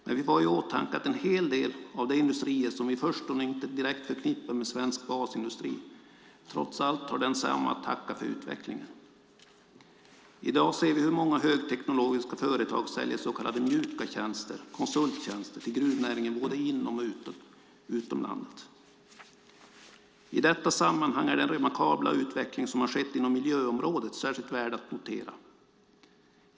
Men vi får ha i åtanke att en hel del av de industrier som vi i förstone inte direkt förknippar med svensk basindustri trots allt har densamma att tacka för utvecklingen. I dag ser vi hur många högteknologiska företag säljer så kallade mjuka tjänster, konsulttjänster, till gruvnäringen både inom och utom landet. I detta sammanhang är den remarkabla utveckling som har skett inom miljöområdet särskilt värd att notera.